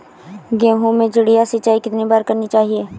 गेहूँ में चिड़िया सिंचाई कितनी बार करनी चाहिए?